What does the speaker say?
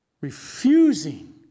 Refusing